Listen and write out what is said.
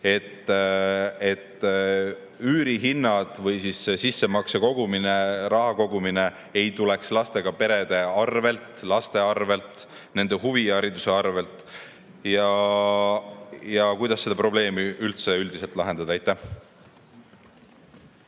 et üürihinnad või sissemakse kogumine, raha kogumine ei tuleks lastega perede arvelt, laste arvelt, nende huvihariduse arvelt? Ja kuidas seda probleemi üldse üldiselt lahendada? Aitäh!